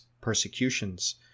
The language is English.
persecutions